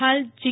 હાલ જી